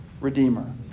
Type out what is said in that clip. redeemer